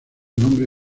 nombre